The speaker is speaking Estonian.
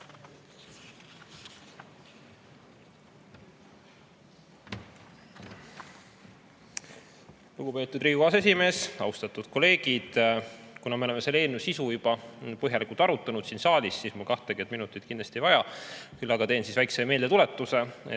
Lugupeetud Riigikogu aseesimees! Austatud kolleegid! Kuna me oleme selle eelnõu sisu juba põhjalikult arutanud siin saalis, siis ma 20 minutit kindlasti ei vaja. Küll aga teen väikese meeldetuletuse.